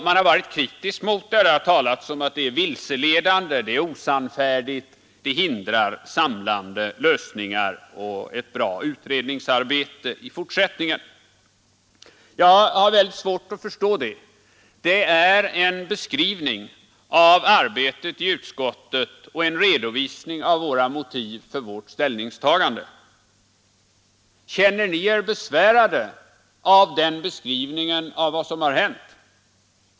Man har varit kritisk mot det och talat om att det är vilseledande och osannfärdigt samt att det hindrar samlande lösningar och ett bra utredningsarbete i fortsättningen. Jag har svårt att förstå det. Det särskilda yttrandet innehåller en beskrivning av arbetet i utskottet och en redovisning av motiven för vårt ställningstagande. Känner ni er besvärade av den beskrivningen av vad som har hänt?